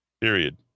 Period